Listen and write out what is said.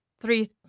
three